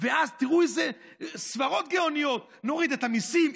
ואז תראו איזה סברות גאוניות: נוריד את המיסים,